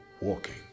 walking